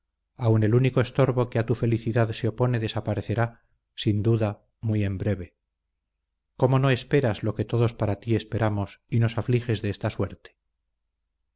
aun el único estorbo que a tu felicidad se opone desaparecerá sin duda muy en breve cómo no esperas lo que todos para ti esperamos y nos afliges de esa suerte